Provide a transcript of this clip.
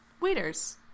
Waiters